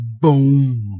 Boom